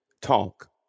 talk